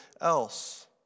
else